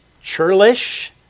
churlish